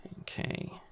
Okay